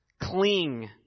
cling